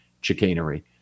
chicanery